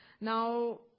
Now